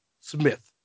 Smith